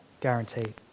Guaranteed